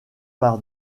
par